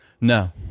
No